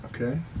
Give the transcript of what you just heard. Okay